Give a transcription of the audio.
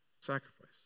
sacrifice